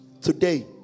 today